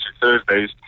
Thursdays